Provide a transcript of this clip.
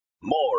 More